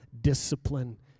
Discipline